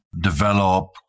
develop